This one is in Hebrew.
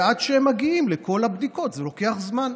עד שהם מגיעים לכל הבדיקות זה לוקח זמן.